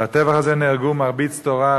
בטבח הזה נהרגו מרביץ תורה,